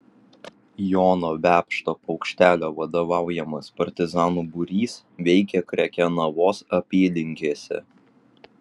jono vepšto paukštelio vadovaujamas partizanų būrys veikė krekenavos apylinkėse